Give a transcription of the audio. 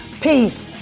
Peace